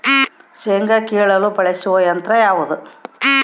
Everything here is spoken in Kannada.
ಶೇಂಗಾ ಕೇಳಲು ಬಳಸುವ ಉತ್ತಮ ಯಂತ್ರ ಯಾವುದು?